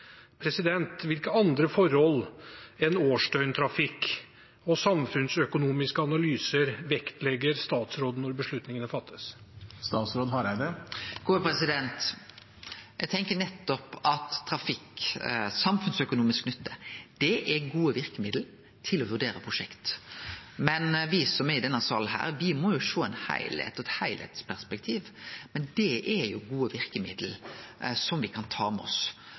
Hvilke andre forhold enn årsdøgntrafikk og samfunnsøkonomiske analyser vektlegger statsråden når beslutningene fattes? Eg tenkjer at trafikk og samfunnsøkonomisk nytte er gode verkemiddel til å vurdere prosjekt, men me som er i denne salen, må sjå ein heilskap og ha eit heilskapsperspektiv. Det er gode verkemiddel som me kan ta med oss.